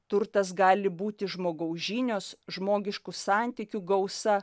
turtas gali būti žmogaus žinios žmogiškų santykių gausa